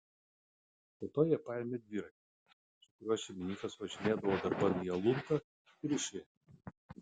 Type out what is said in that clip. po to jie paėmė dviratį su kuriuo šeimininkas važinėdavo darban į aluntą ir išėjo